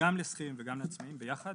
גם לשכירים וגם לעצמאיים ביחד.